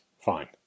Fine